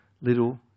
little